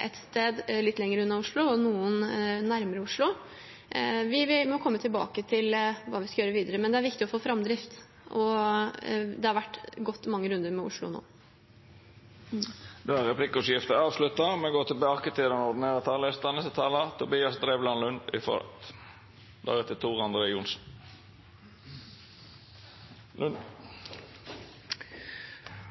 et sted, litt lenger unna Oslo, og noe plasser litt nærmere Oslo. Vi må komme tilbake til hva vi skal gjøre videre, men det er viktig å få framdrift. Det har blitt gått mange runder med Oslo nå.